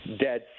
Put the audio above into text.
dead